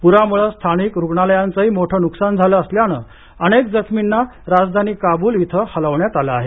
पुरामुळं स्थानिक रुग्णालयांचंही मोठं नुकसान झालं असल्यानं अनेक जखमींना राजधानी काबूल इथं हलवण्यात आलं आहे